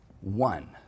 one